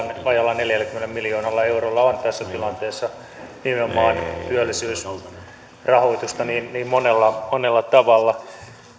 vajaalla neljälläkymmenellä miljoonalla eurolla on tässä tilanteessa nimenomaan työllisyysrahoitusta niin niin monella tavalla